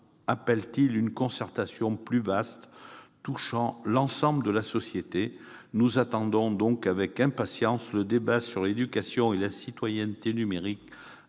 appelle une concertation plus vaste, touchant l'ensemble de la société. Nous attendons avec impatience le débat sur l'éducation à la citoyenneté numérique